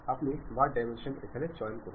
আপনি smart dimension এখানে চয়ন করুন